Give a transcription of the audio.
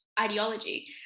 ideology